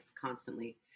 constantly